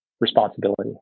responsibility